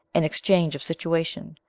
an exchange of situation,